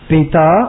Pita